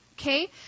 okay